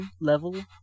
level